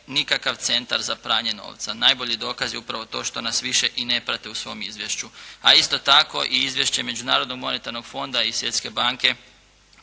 nikakav centar za pranje novca". Najbolji dokaz je upravo to što nas više i ne prate u svom izvješću, a isto tako i izvješće Međunarodnog monetarnog fonda i Svjetske banke